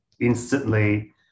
instantly